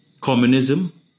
communism